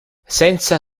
senza